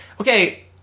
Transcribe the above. okay